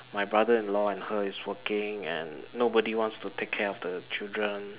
my brother-in-law and her is working and nobody wants to take care of the children